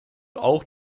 auch